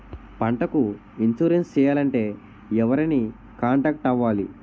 పంటకు ఇన్సురెన్స్ చేయాలంటే ఎవరిని కాంటాక్ట్ అవ్వాలి?